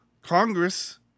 Congress